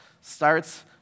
starts